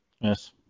Yes